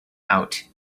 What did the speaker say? out